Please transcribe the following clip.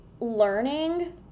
learning